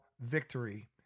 victory